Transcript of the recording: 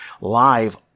Live